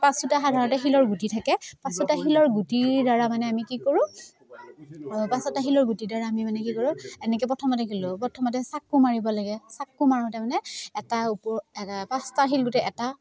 পাঁচটা সাধাৰণতে শিলৰ গুটি থাকে পাঁচটা শিলৰ গুটিৰদ্বাৰা মানে আমি কি কৰোঁ পাঁচটা শিলৰ গুটিৰদ্বাৰা আমি মানে কি কৰোঁ এনেকৈ প্ৰথমতে খেলোঁ প্ৰথমতে চাকু মাৰিব লাগে চাকু মাৰোঁতে মানে এটা পাঁচটা শিলগুটি এটা